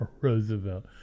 Roosevelt